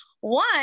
one